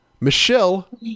Michelle